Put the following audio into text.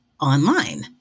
online